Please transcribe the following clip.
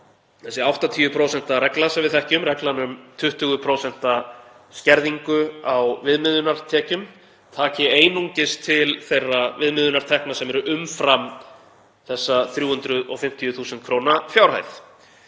þessi 80% regla sem við þekkjum, reglan um 20% skerðingu á viðmiðunartekjum, taki einungis til þeirra viðmiðunartekna sem eru umfram þessa 350.000 kr. fjárhæð.